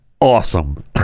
awesome